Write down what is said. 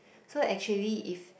so actually if